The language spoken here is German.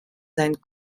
sein